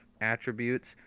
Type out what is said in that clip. attributes